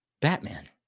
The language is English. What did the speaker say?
Batman